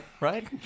right